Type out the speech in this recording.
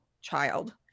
child